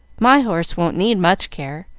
my horse won't need much care.